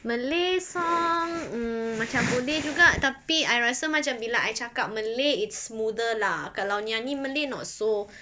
malay song mm macam boleh juga tapi I rasa macam bila I cakap malay it's smoother lah kalau nyanyi malay not so